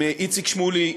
עם איציק שמולי,